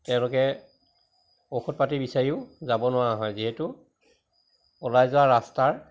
তেওঁলোকে ঔষধ পাতি বিচাৰিও যাব নোৱাৰা হয় যিহেতু ওলাই যোৱা ৰাস্তাৰ